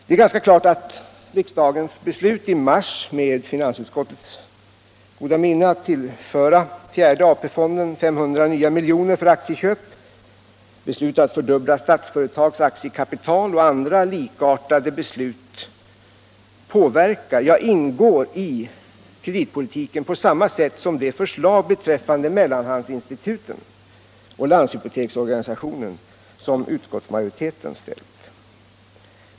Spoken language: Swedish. Det är ganska klart att riksdagens beslut i mars, med finansutskottets goda minne, att tillföra fjärde AP-fonden 500 nya miljoner för aktieköp, beslutet att fördubbla Statsföretags aktiekapital och andra likartade beslut påverkar, ja, ingår i kreditpolitiken på samma sätt som de förslag beträffande mellanhandsinstituten och landshypoteksorganisationen som utskottsmajoriteten ställt.